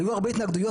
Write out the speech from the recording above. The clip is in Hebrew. היו הרבה התנגדויות,